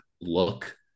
look